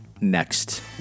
next